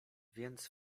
więc